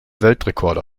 weltrekorde